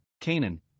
Canaan